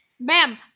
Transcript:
Ma'am